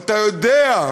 ואתה יודע,